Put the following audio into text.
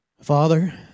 Father